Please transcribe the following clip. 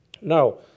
Now